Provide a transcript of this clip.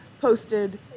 posted